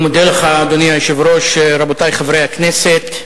אדוני היושב-ראש, אני מודה לך, רבותי חברי הכנסת,